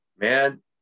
Man